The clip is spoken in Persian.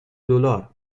دلار